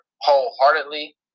wholeheartedly